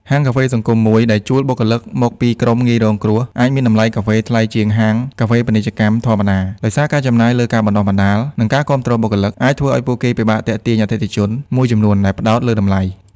ហាងកាហ្វេសង្គមមួយ ដែលជួលបុគ្គលិកមកពីក្រុមងាយរងគ្រោះ អាចមានតម្លៃកាហ្វេថ្លៃជាងហាងកាហ្វេពាណិជ្ជកម្មធម្មតា ដោយសារការចំណាយលើការបណ្តុះបណ្តាល និងការគាំទ្របុគ្គលិក អាចធ្វើឲ្យពួកគេពិបាកទាក់ទាញអតិថិជន មួយចំនួនដែលផ្តោតលើតម្លៃ។